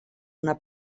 una